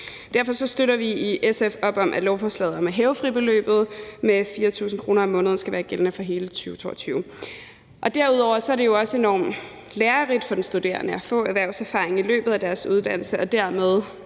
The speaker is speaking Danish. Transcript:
Derfor støtter vi i SF op om lovforslaget om at hæve fribeløbet med 4.000 kr. gældende for hele 2022. Derudover er det jo også enormt lærerigt for de studerende at få erhvervserfaring i løbet af deres uddannelse, og det er